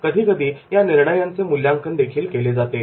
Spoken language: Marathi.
कधीकधी या निर्णयांचे मूल्यांकन देखील केले जाते